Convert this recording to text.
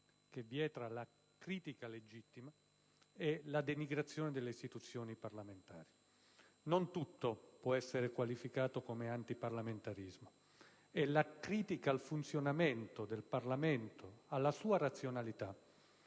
che separa la critica legittima dalla denigrazione delle istituzioni parlamentari. Non tutto può essere qualificato come antiparlamentarismo e la critica al funzionamento del Parlamento, alla razionalità